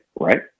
right